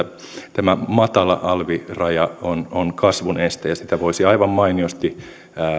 tämä matala alviraja on on kasvun este ja sitä voisi aivan mainiosti